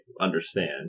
understand